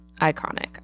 iconic